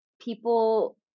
people